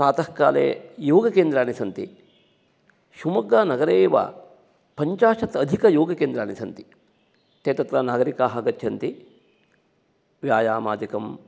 प्रातःकाले योगकेन्द्राणि सन्ति शिव्मोग्गानगरे एव पञ्चाशत् अधिक्योगकेन्द्राणि सन्ति ते तत्र नागरिकाः गच्छन्ति व्यायामादिकम्